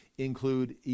include